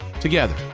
together